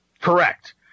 Correct